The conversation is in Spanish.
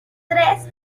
tres